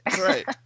right